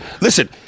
listen